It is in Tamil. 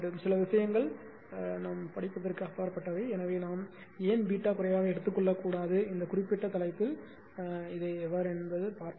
சில விஷயங்கள் எல்லைக்கு அப்பாற்பட்டவை ஆனால் நாம் ஏன் குறைவாக எடுத்துக் கொள்ளக்கூடாது இந்த குறிப்பிட்ட தலைப்பில் எவ்வாறு என்பதை பார்ப்போம்